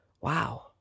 wow